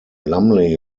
lumley